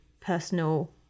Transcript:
personal